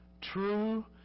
True